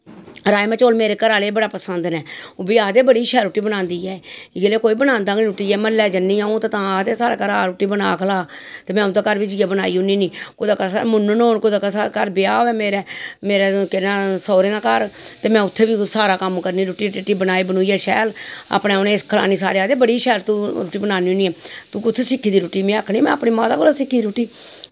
ते राजमांह् चौल मेरे घरा आह्ले गी बड़े पसंद न ओह्बी आक्खदे बड़ी शैल रुट्टी बनांदी ऐ एह् ते जेल्लै कुदै म्हल्लै जन्नी ते तां आक्खदे की साढ़े रुट्टी बनाऽ ते खलाऽ ते में उं'दे घर बी जाइयै बनाई औनी होनी मम्मी नै कुदै कदें मेरे घर ब्याह् होऐ मेरे केह् आक्खदे सोह्रें दे घर ते में उत्थें बी सारा कम्म करनी होनी रुट्टी बनाइयै शैल ते अपनी उनें गी खलानी आक्खदे बड़ी शैल रुट्टी बनानी होनी तूं कुत्थें सिक्खी दी रुट्टी में आक्खनी में अपनी माता कोला सिक्खी दी रुट्टी